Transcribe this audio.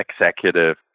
executive